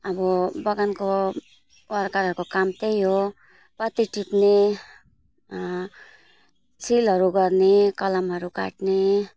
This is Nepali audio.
अब बगानको वर्करहरूको काम त्यही हो पत्ती टिप्ने छिलहरू गर्ने कलमहरू काट्ने